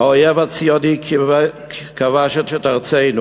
האויב הציוני כבש את ארצנו.